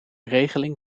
regeling